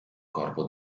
corpo